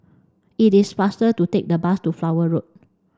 it is faster to take the bus to Flower Road